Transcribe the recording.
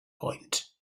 point